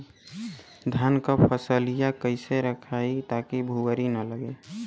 धान क फसलिया कईसे रखाई ताकि भुवरी न लगे?